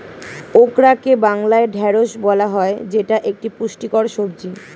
ওকরাকে বাংলায় ঢ্যাঁড়স বলা হয় যেটা একটি পুষ্টিকর সবজি